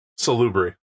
Salubri